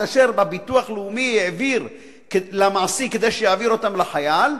את אשר הביטוח הלאומי העביר למעסיק כדי שיעביר לחייל,